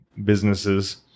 businesses